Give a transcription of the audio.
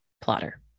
plotter